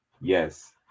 Yes